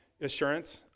assurance